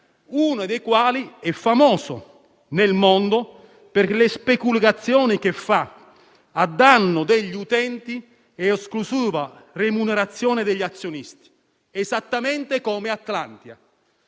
uno di essi è famoso nel mondo per le speculazioni che fa a danno degli utenti e a esclusiva remunerazione degli azionisti, esattamente come Atlantia.